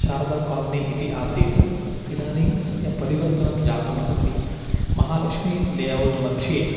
Sharada colony इति आसीत् इदानीम् अस्य परिवर्तनं जातम् अस्ति महालक्ष्मि लेऔट् मध्ये